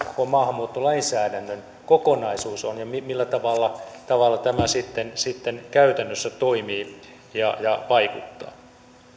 maahanmuuttolainsäädännön kokonaisuus on ja millä tavalla tavalla tämä sitten sitten käytännössä toimii ja ja vaikuttaa